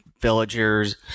villagers